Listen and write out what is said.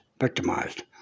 victimized